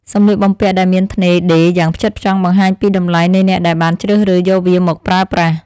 សម្លៀកបំពាក់ដែលមានថ្នេរដេរយ៉ាងផ្ចិតផ្ចង់បង្ហាញពីតម្លៃនៃអ្នកដែលបានជ្រើសរើសយកវាមកប្រើប្រាស់។